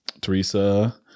Teresa